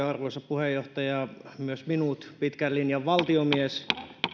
arvoisa puheenjohtaja myös minut pitkän linjan valtiomies